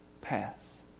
path